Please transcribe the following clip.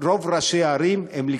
רוב ראשי הערים הם ליכודניקים.